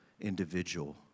individual